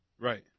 Right